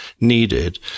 needed